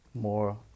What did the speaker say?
more